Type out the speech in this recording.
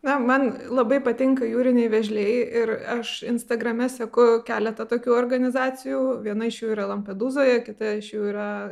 na man labai patinka jūriniai vėžliai ir aš instagrame seku keletą tokių organizacijų viena iš jų yra lampedūzoje kita iš jų yra